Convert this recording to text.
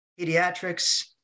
pediatrics